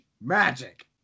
magic